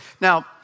Now